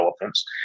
elephants